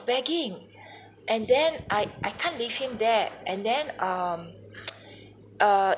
begging and then I I can't leave him there and then um err